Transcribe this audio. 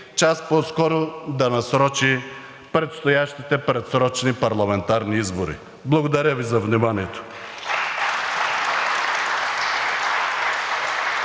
час по-скоро да насрочи предстоящите предсрочни парламентарни избори! Благодаря Ви за вниманието.